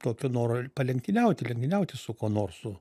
tokio noro palenktyniauti lenktyniauti su kuo nors su